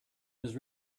was